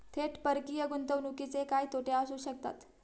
थेट परकीय गुंतवणुकीचे काय तोटे असू शकतात?